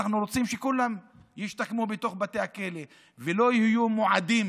אנחנו רוצים שכולם ישתקמו בתוך בתי הכלא ולא יהיו מועדים